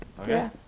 Okay